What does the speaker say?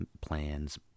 plan's